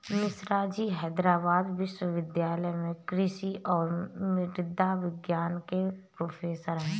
मिश्राजी हैदराबाद विश्वविद्यालय में कृषि और मृदा विज्ञान के प्रोफेसर हैं